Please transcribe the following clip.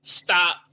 stop